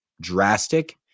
drastic